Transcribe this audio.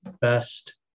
best